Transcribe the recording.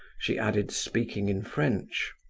she added, speaking in french.